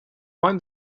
find